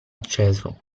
acceso